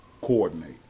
coordinate